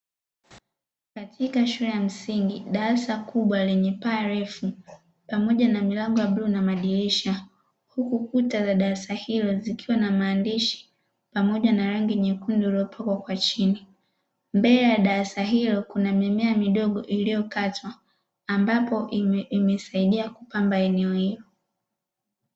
Katika shule ya msingi darasa kubwa lenye paa refu pamoja na milango ya bluu na madirisha, huku kuta darasa hilo zikiwa na maandishi pamoja na rangi nyekundu iliyopakwa chini. Mbele ya darasa hilo kuna mimea midogo iliyokatwa ambapo imesaidia kupamba eneo hilo.